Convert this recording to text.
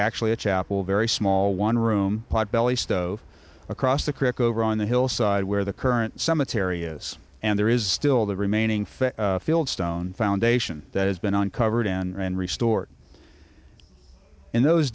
actually a chapel very small one room potbelly stove across the creek over on the hillside where the current cemetery is and there is still the remaining fair field stone foundation that has been uncovered and restored in those